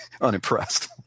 unimpressed